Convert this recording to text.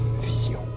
vision